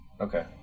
Okay